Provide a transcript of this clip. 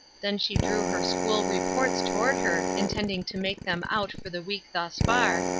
then she drew her school reports toward her, intending to make them out for the week thus far,